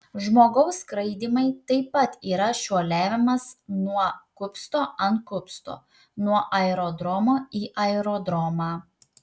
žmogaus skraidymai taip pat yra šuoliavimas nuo kupsto ant kupsto nuo aerodromo į aerodromą